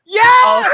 Yes